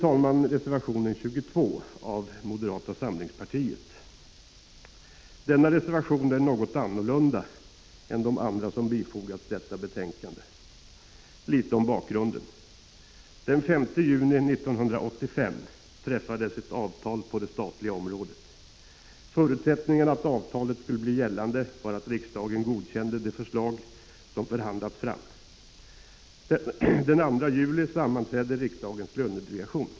Till sist reservation 22 från moderata samlingspartiet. Denna reservation är något annorlunda än de andra som bifogats detta betänkande. Litet om bakgrunden: Den 5 juni 1985 träffades ett avtal på det statliga området. Förutsättningarna för att avtalet skulle bli gällande var att riksdagen godkände det förslag som förhandlats fram. Den 2 juli sammanträdde riksdagens lönedelegation.